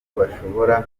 bashobora